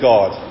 God